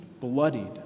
bloodied